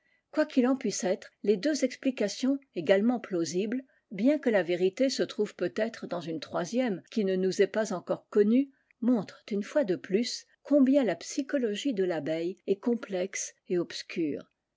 qu'il en puisse être les deux explications également plausibles bien que la vérité se trouve peutêtre daos une troisième qui ne nous est pas encore connue montrent une fois de plus combien la psychologie de eille est complexe et obscure